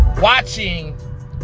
Watching